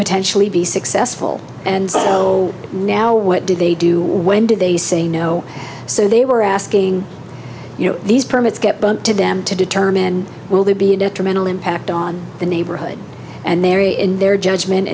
potentially be successful and so now what did they do when did they say no so they were asking you know these permits get bumped to them to determine will they be detrimental impact on the neighborhood and their e in their judgment